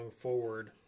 forward